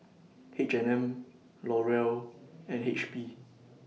H and M L'Oreal and H P